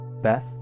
Beth